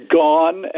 gone